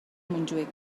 montjuïc